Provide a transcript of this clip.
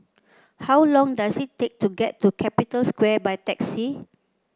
how long does it take to get to Capital Square by taxi